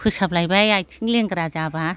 फोसाबलायबाय आथिं लेंग्रा जाबा